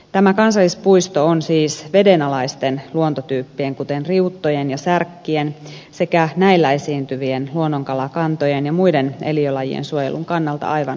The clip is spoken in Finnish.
tämä kansallispuisto on siis vedenalaisten luontotyyppien kuten riuttojen ja särkkien sekä näillä esiintyvien luonnonkalakantojen ja muiden eliölajien suojelun kannalta aivan ainutlaatuinen